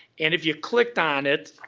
and if you clicked on it,